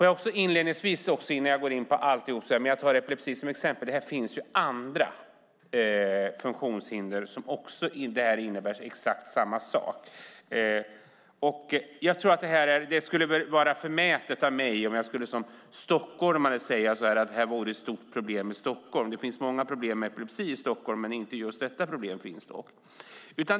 Jag tar epilepsi som exempel, men det finns också andra funktionshinder som innebär exakt samma sak. Det skulle väl vara förmätet av mig om jag som stockholmare skulle säga att det här var ett stort problem i Stockholm. Det finns många problem med epilepsi i Stockholm, men just detta problem finns inte.